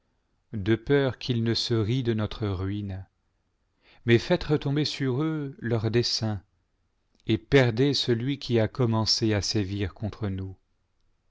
de peur qu'ils ne se rient de notre ruine mais faites retomber sur eux leurs desseins et perdez celui qui a commencé à sévir contre nous